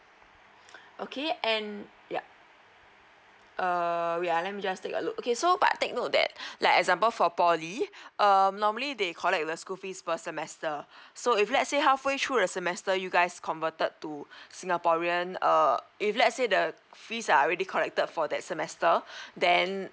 okay and yup err wait ah let me just take a look okay so but take note that like example for poly um normally they collect the school fees per semester so if let's say halfway through the semester you guys converted to singaporean err if let's say the fees are already collected for that semester then